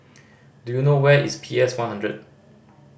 do you know where is P S One hundred